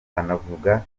anavuga